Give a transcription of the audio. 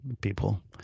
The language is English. people